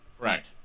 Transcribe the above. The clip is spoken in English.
Right